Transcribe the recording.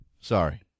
Sorry